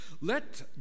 Let